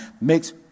makes